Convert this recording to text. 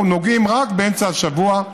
אנחנו נוגעים רק באמצע השבוע,